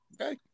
Okay